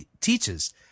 teaches